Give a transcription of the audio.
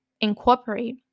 incorporate